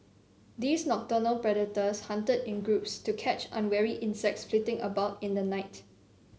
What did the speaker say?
these nocturnal predators hunted in groups to catch unwary insects flitting about in the night